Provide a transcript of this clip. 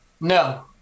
No